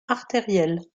artérielle